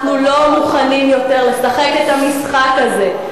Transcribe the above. אנחנו לא מוכנים יותר לשחק את המשחק הזה.